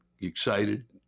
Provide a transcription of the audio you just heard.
excited